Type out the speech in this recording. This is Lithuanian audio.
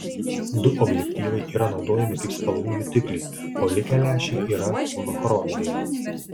du objektyvai yra naudojami kaip spalvų jutikliai o likę lęšiai yra monochrominiai